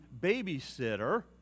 babysitter